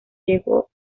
llegó